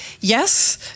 Yes